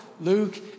Luke